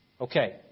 Okay